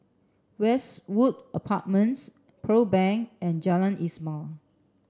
Westwood Apartments Pearl Bank and Jalan Ismail